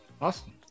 Awesome